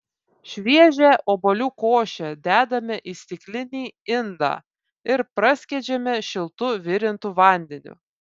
šviežią obuolių košę dedame į stiklinį indą ir praskiedžiame šiltu virintu vandeniu